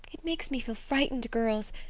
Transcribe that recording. it makes me feel frightened, girls.